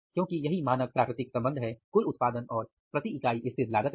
क्योंकि यही मानक प्राकृतिक संबंध है कुल उत्पादन और प्रति इकाई स्थिर लागत में